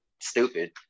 stupid